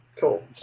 cool